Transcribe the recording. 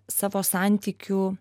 savo santykių